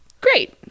Great